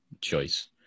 choice